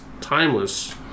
timeless